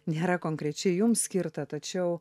nėra konkrečiai jums skirta tačiau